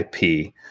IP